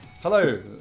hello